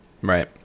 Right